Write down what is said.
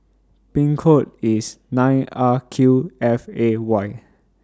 nine R Q F A Y